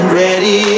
ready